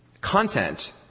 content